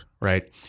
right